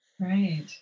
Right